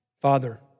Father